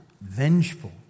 vengeful